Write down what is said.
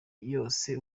yose